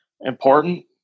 important